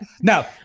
No